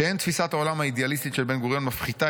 שאין תפיסת העולם האידיאליסטית של בן-גוריון מפחיתה